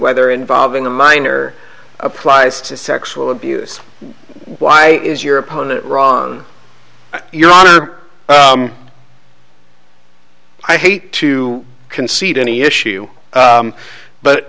whether involving the minor applies to sexual abuse why is your opponent ron your honor i hate to concede any issue